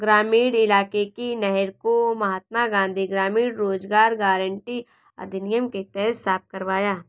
ग्रामीण इलाके की नहर को महात्मा गांधी ग्रामीण रोजगार गारंटी अधिनियम के तहत साफ करवाया